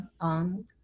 on